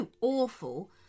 awful